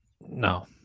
no